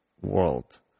world